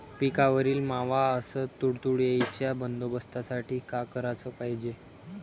पिकावरील मावा अस तुडतुड्याइच्या बंदोबस्तासाठी का कराच पायजे?